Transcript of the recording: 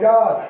God